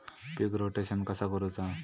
पीक rotation कसा करूचा?